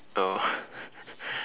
oh